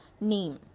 name